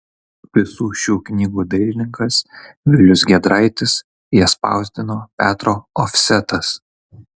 visų šių knygų dailininkas vilius giedraitis jas spausdino petro ofsetas